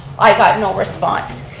i got no response.